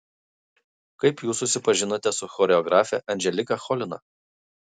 kaip jūs susipažinote su choreografe anželika cholina